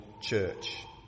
church